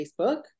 Facebook